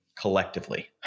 collectively